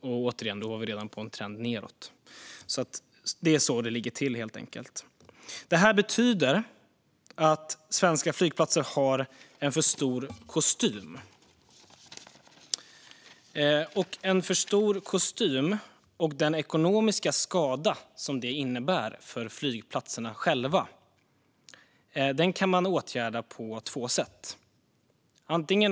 Och då var trenden, som sagt, redan på väg nedåt. Det är alltså så det ligger till. Det här betyder att svenska flygplatser har en för stor kostym. Och en för stor kostym och den ekonomiska skada som det innebär för flygplatserna kan man åtgärda på två sätt.